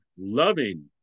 loving